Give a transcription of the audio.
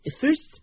First